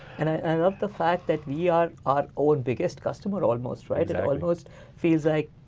and i love the fact that we are our own biggest customer almost, right? it almost feels like,